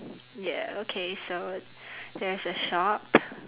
ya okay so there's a shop